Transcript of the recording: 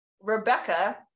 Rebecca